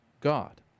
God